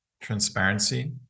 transparency